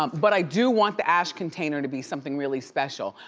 um but i do want the ash container to be something really special,